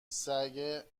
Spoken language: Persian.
سگه